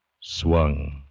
swung